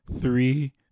Three